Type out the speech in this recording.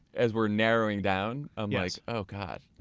as we're narrowing down i'm like, oh god.